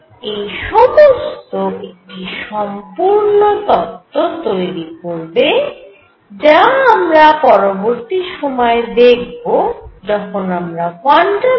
এই সমস্ত একটি সম্পূর্ণ তত্ত্ব তৈরি করবে যা আমরা পরবর্তী সময়ে দেখব যখন আমরা কোয়ান্টাম মে